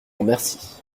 remercie